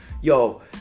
Yo